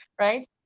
right